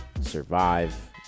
survive